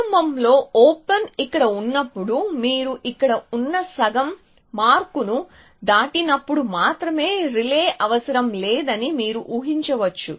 ప్రారంభంలో ఓపెన్ ఇక్కడ ఉన్నప్పుడు మీరు ఇక్కడ ఉన్న సగం మార్కును దాటినప్పుడు మాత్రమే రిలే అవసరం లేదని మీరు ఊహించవచ్చు